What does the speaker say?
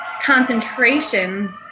concentration